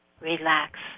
relax